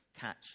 catch